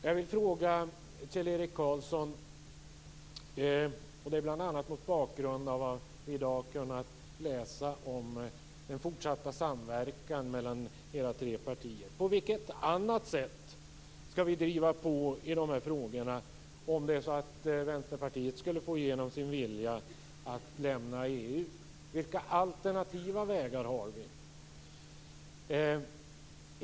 Jag vill fråga Kjell-Erik Karlsson, bl.a. mot bakgrund av att vi i dag kunnat läsa om den fortsatta samverkan mellan Socialdemokraterna, Miljöpartiet och Vänsterpartiet: På vilket annat sätt skall vi driva på i de här frågorna, om det är så att Vänsterpartiet skulle få igenom sin vilja att lämna EU? Vilka alternativa vägar har vi?